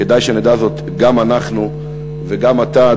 כדאי שנדע זאת גם אנחנו וגם אתה,